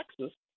Texas